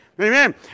Amen